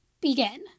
begin